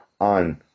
on